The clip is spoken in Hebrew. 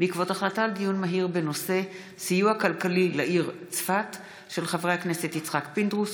בעקבות דיון מהיר בהצעתם של חברי הכנסת יצחק פינדרוס,